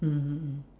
mmhmm mmhmm